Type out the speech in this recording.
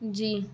जी